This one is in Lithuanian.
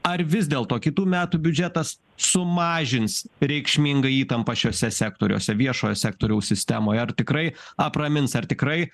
ar vis dėlto kitų metų biudžetas sumažins reikšmingą įtampą šiuose sektoriuose viešojo sektoriaus sistemoj ar tikrai apramins ar tikrai